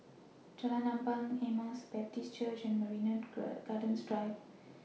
Jalan Ampang Emmaus Baptist Church and Marina Gardens Drive